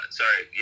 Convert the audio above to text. sorry